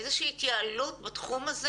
איזושהי התייעלות בתחום הזה?